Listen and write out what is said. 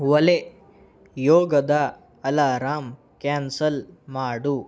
ಒಲೆ ಯೋಗದ alarm cancel ಮಾಡು